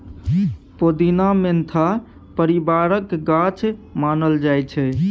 पोदीना mentha परिबारक गाछ मानल जाइ छै